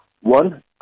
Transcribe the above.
One